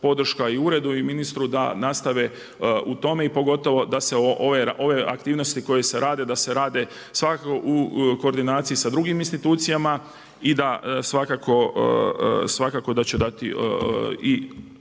podrška i uredu i ministru da nastave u tome i pogotovo da se ove aktivnosti koje se rade da se rade svakako u koordinaciji sa drugim institucijama i da svakako, svakako da će dati i